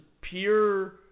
pure